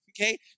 okay